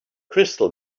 crystal